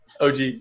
OG